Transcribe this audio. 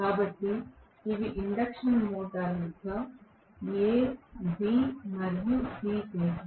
కాబట్టి ఇవి induction motor యొక్క a b మరియు c ఫేజ్ లు